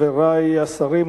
חברי השרים,